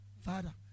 Father